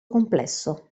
complesso